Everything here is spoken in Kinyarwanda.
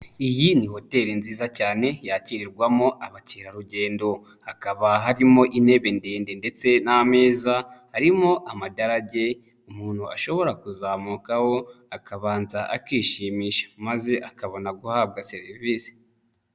Iyi ni hoteri nziza cyane yakirirwamo abakerarugendo, hakaba harimo intebe ndende ndetse n'ameza, harimo amadarage umuntu ashobora kuzamukaho akabanza akishimisha maze akabona guhabwa serivisi.